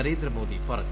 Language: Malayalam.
നരേന്ദ്രമോദി പറഞ്ഞു